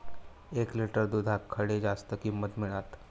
एक लिटर दूधाक खडे जास्त किंमत मिळात?